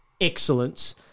excellence